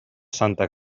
santa